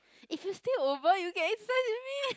if you stay over you can exercise with me